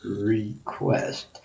request